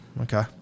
okay